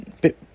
bit